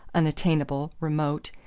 unattainable, remote,